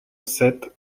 sept